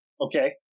okay